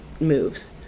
moves